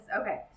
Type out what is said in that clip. okay